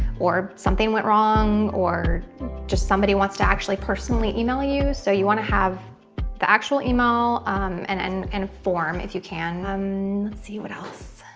or something went wrong, or just somebody wants to actually personally email you. so you want to have the actual email and a and and form, if you can. um let's see, what else.